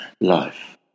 life